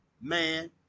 man